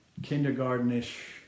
kindergartenish